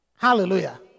Hallelujah